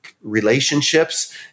relationships